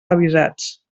avisats